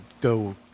go